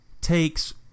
takes